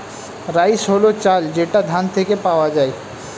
rice হল চাল যেটা ধান থেকে পাওয়া যায়